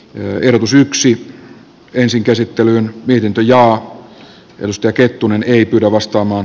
yökerho syyksi ensin käsittelyyn mietintö ja ylistää kettunen ei kyllä vastaamaan